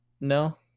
No